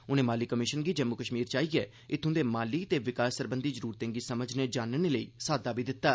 उनें माली कमीशन गी जम्मू कश्मीर च आइए इत्थू दी माली ते विकास सरबंधी ज़रूरते गी समझने जानने लेई साद्दा बी दित्ता